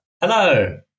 Hello